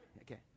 Okay